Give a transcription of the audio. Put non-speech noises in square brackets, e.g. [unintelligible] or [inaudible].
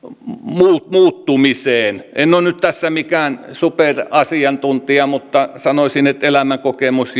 muuttumiseen en ole nyt tässä mikään superasiantuntija mutta sanoisin että elämänkokemus [unintelligible]